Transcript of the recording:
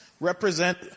represent